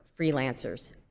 freelancers